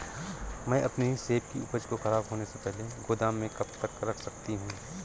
मैं अपनी सेब की उपज को ख़राब होने से पहले गोदाम में कब तक रख सकती हूँ?